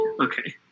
Okay